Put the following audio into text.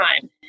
time